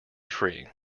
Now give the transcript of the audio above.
free